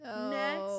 Next